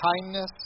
kindness